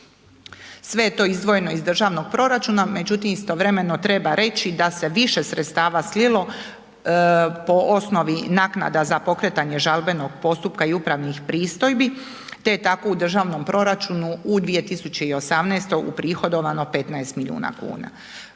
je to izdvojeno iz državnog proračuna, međutim istovremeno treba reći da se više sredstava slilo po osnovi naknada za pokretanje žalbenog postupka i upravnih pristojbi, te je tako u državnom proračunu u 2018. uprihodovano 15 milijuna kuna.